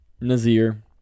nazir